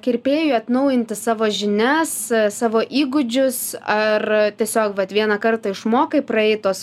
kirpėjui atnaujinti savo žinias savo įgūdžius ar tiesiog vat vieną kartą išmokai praėjai tuos